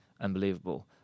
unbelievable